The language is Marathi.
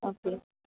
असं